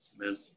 Amen